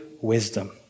wisdom